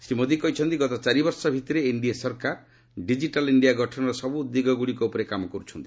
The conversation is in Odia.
ଶ୍ରୀ ମୋଦି କହିଛନ୍ତି ଗତ ଚାରିବର୍ଷ ଭିତରେ ଏନ୍ଡିଏ ସରକାର ଡିଙ୍କିଟାଲ୍ ଇଣ୍ଡିଆ ଗଠନର ସବୁ ଦିଗଗୁଡ଼ିକ ଉପରେ କାମ କରୁଛନ୍ତି